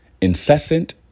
Incessant